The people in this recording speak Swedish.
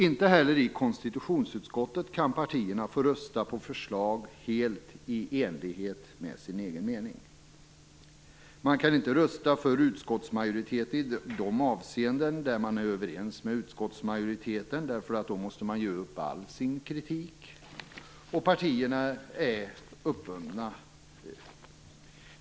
Inte heller i konstitutionsutskottet kan partierna få rösta på förslag helt i enlighet med sin egen mening. Man kan inte rösta för utskottsmajoriteten i de avseenden där man är överens med utskottsmajoriteten därför att man då måste ge upp all sin kritik, och partierna är uppbundna.